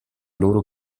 loro